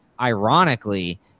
ironically